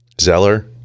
Zeller